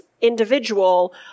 individual